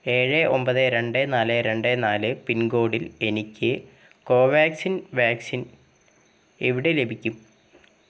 ഏഴ് ഒമ്പത് രണ്ട് നാല് രണ്ട് നാല് പിൻകോഡിൽ എനിക്ക് കോവാക്സിൻ വാക്സിൻ എവിടെ ലഭിക്കും